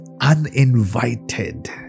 uninvited